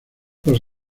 los